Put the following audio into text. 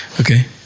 Okay